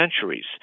centuries